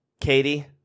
Katie